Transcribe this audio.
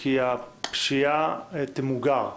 כי הפשיעה תמוגר.